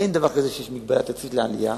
אין דבר כזה שיש מגבלה תקציבית לעלייה.